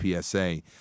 PSA